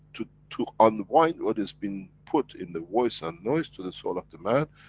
to, to unwind what has been put in the voice and noise to the soul of the man,